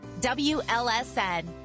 WLSN